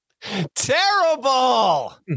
Terrible